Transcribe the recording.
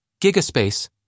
Gigaspace